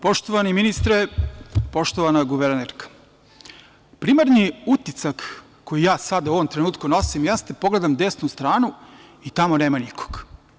Poštovani ministre, poštovana guvernerko, primarni utisak koji ja sada u ovom trenutku nosim jeste da pogledam desnu stranu i tamo nema nikoga.